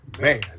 Man